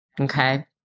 Okay